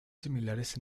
similares